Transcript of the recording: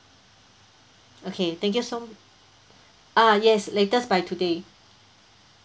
okay thank you so m~ ah yes latest by today